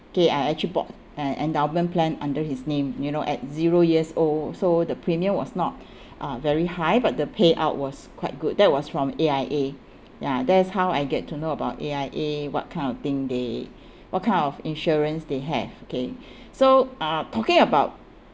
okay I actually bought an endowment plan under his name you know at zero years old so the premium was not uh very high but the payout was quite good that was from A_I_A ya that's how I get to know about A_I_A what kind of thing they what kind of insurance they have okay so uh talking about